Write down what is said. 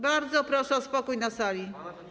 Bardzo proszę o spokój na sali.